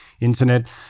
internet